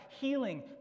healing